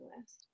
list